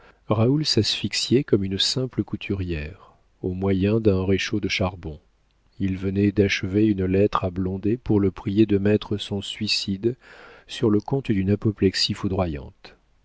raoul s'asphyxiait comme une simple couturière au moyen d'un réchaud de charbon il venait d'achever une lettre à blondet pour le prier de mettre son suicide sur le compte d'une apoplexie foudroyante